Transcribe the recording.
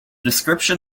description